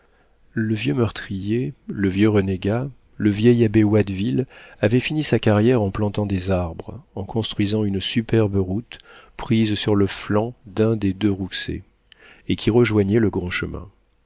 le vieux meurtrier le vieux renégat le vieil abbé watteville avait fini sa carrière en plantant des arbres en construisant une superbe route prise sur le flanc d'un des deux rouxey et qui rejoignait le grand chemin